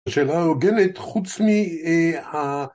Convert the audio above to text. השאלה ההוגנת, חוץ מה...